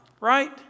right